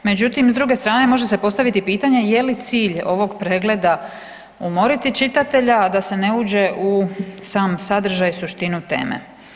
Međutim, s druge strane može se postaviti pitanje je li cilj ovog pregleda umoriti čitatelja, a da se ne uđe u sam sadržaj i suštinu teme.